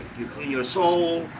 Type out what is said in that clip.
you clean your soul.